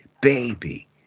baby